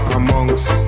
amongst